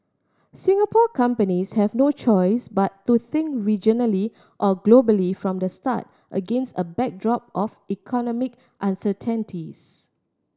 Singapore companies have no choice but to think regionally or globally from the start against a backdrop of economic uncertainties